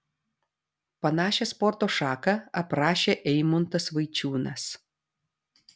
panašią sporto šaką aprašė eimuntas vaičiūnas